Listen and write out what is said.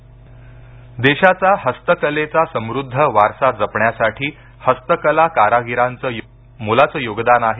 हातमाग देशाचा हस्तकलेचा समृद्ध वारसा जपण्यासाठी हस्तकला कारागिरांचं मोलाचं योगदान आहे